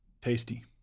Tasty